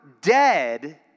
dead